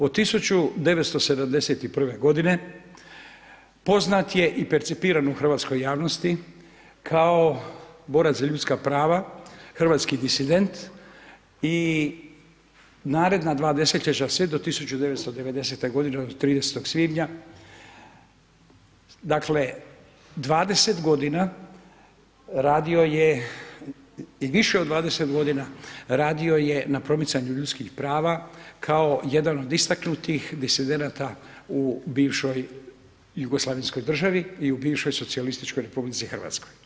Od 1971. godine poznat je i percipiran u hrvatskoj javnosti kao borac za ljudska prava hrvatski disident i naredna dva desetljeća, sve do 1990. godine od 30. svibnja, dakle 20 godina radio je i više od 20 godina radio je na promicanju ljudskih prava kao jedan od istaknutih disidenata u bivšoj jugoslavenskoj državi i u bivšoj Socijalističkoj Republici Hrvatskoj.